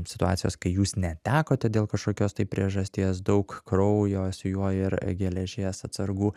situacijos kai jūs netekote dėl kažkokios tai priežasties daug kraujo su juo ir geležies atsargų